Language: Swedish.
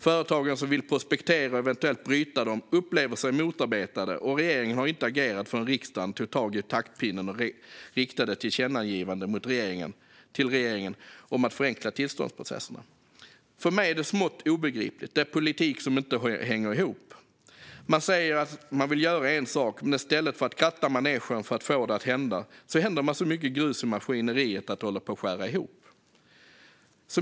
Företagen som vill prospektera och eventuellt bryta dem upplever sig motarbetade, och regeringen agerade inte förrän riksdagen tog tag i taktpinnen och riktade ett tillkännagivande till regeringen om att förenkla tillståndsprocesserna. För mig är detta smått obegripligt. Det är politik som inte hänger ihop. Man säger att man vill göra en sak, men i stället för att kratta manegen för att få det att hända häller man så mycket grus i maskineriet att det håller på att skära ihop.